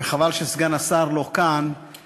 וחבל שסגן השר לא כאן,